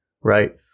right